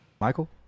Michael